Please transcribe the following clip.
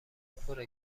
پره